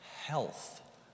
health